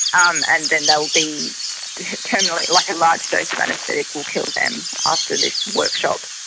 um and then they will be terminally, like, a large dose of anaesthetic will kill them after this workshop.